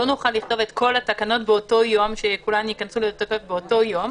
לא נוכל לכתוב את כל התקנות באותו יום שכולן ייכנסו לתוקף באותו יום.